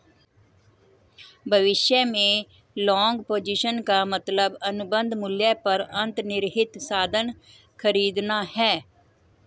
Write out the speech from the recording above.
भविष्य में long position का मतलब अनुबंध मूल्य पर अंतर्निहित साधन खरीदना है